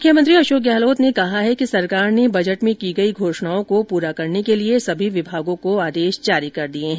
मुख्यमंत्री अशोक गहलोत ने कहा है कि सरकार ने बजट में की गई घोषणाओं को पूरा करने के लिए सभी विभागों को आदेश जारी कर दिये है